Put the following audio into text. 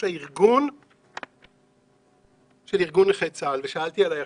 של ארגון נכי צה"ל ושאלתי על היחסים.